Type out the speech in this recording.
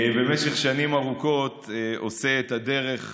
במשך שנים ארוכות הוא עושה את הדרך,